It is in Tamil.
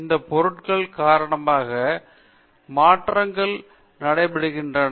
இந்த பொருட்கள் காரணமாக மாற்றங்கள் நடைபெறுகின்றன